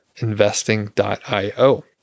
investing.io